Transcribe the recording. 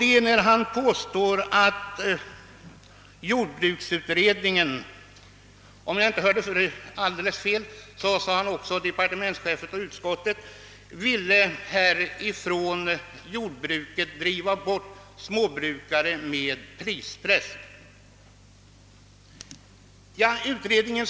Herr Hansson påstod att jordbruksutredningen — och om jag inte hörde fel sade han också departementschefen och utskottet — med prispress ville driva bort småbrukarna från jordbruket.